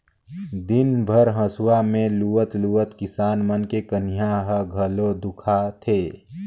दिन भर हंसुआ में लुवत लुवत किसान मन के कनिहा ह घलो दुखा थे